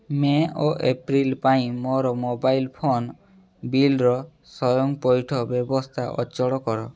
ମେ ଓ ଏପ୍ରିଲ୍ ପାଇଁ ମୋର ମୋବାଇଲ୍ ଫୋନ୍ ବିଲ୍ର ସ୍ଵୟଂପଇଠ ବ୍ୟବସ୍ଥା ଅଚଳ କର